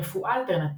רפואה אלטרנטיבית,